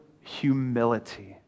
humility